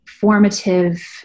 formative